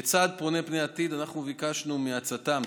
כצעד בונה פני עתיד אנחנו ביקשנו מהצט"מ,